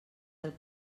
del